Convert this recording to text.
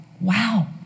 wow